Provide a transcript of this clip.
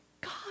God